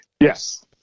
Yes